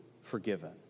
forgiven